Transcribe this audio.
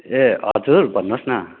ए हजुर भन्नुहोस् न